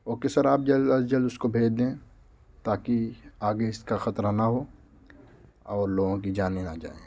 okay sir آپ جلد از جلد اس کو بھیج دیں تاکہ آگے اس کا خطرہ نہ ہو اور لوگوں کی جانیں نہ جائیں